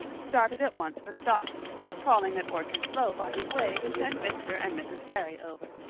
started at once for the doctor, calling at orchard slope on his way to send mr. and mrs. barry over.